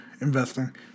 Investing